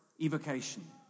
evocation